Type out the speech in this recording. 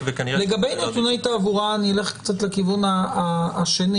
לגבי נתוני תעבורה, אני אלך קצת לכיוון השני.